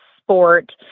sport